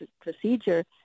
procedure